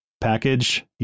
package